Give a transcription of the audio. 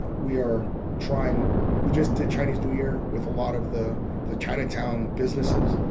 ah we are trying we just did chinese new year with a lot of the the chinatown businesses,